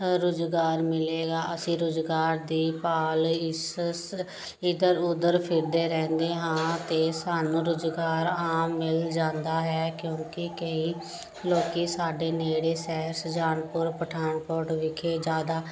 ਰੁਜ਼ਗਾਰ ਮਿਲੇਗਾ ਅਸੀਂ ਰੁਜ਼ਗਾਰ ਦੀ ਭਾਲ ਇਸ ਇੱਧਰ ਉੱਧਰ ਫਿਰਦੇ ਰਹਿੰਦੇ ਹਾਂ ਅਤੇ ਸਾਨੂੰ ਰੁਜ਼ਗਾਰ ਆਮ ਮਿਲ ਜਾਂਦਾ ਹੈ ਕਿਉਂਕਿ ਕਈ ਲੋਕ ਸਾਡੇ ਨੇੜੇ ਸ਼ਹਿਰ ਸੁਜਾਨਪੁਰ ਪਠਾਨਕੋਟ ਵਿਖੇ ਜ਼ਿਆਦਾ